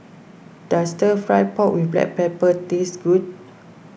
does Stir Fry Pork with Black Pepper taste good